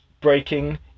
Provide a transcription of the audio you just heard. breaking